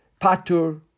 Patur